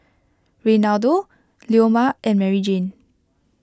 Reynaldo Leoma and Maryjane